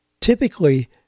Typically